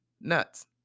Nuts